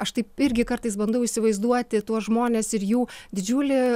aš taip irgi kartais bandau įsivaizduoti tuos žmones ir jų didžiulį